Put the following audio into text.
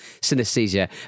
synesthesia